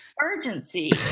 urgency